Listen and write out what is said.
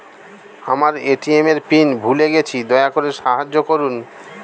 আমার এ.টি.এম এর পিন ভুলে গেছি, দয়া করে সাহায্য করুন